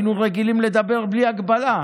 היינו רגילים לדבר בלי הגבלה.